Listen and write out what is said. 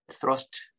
thrust